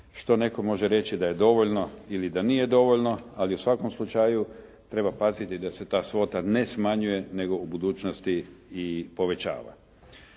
što netko može reći da je dovoljno ili da nije dovoljno ali u svakom slučaju treba paziti da se ta svota ne smanjuje nego u budućnosti i povećava.